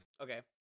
Okay